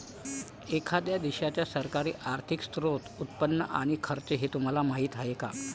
एखाद्या देशाच्या सरकारचे आर्थिक स्त्रोत, उत्पन्न आणि खर्च हे तुम्हाला माहीत आहे का